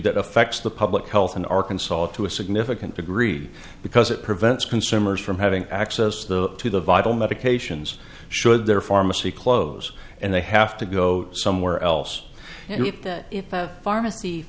that affects the public health in arkansas to a significant degree because it prevents consumers from having access to the to the vital medications should their pharmacy close and they have to go somewhere else that if a pharmacy